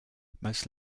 most